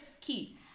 key